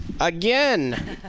Again